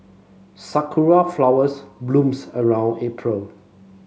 sakura flowers blooms around April